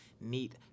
neat